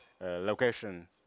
location